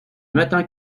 matin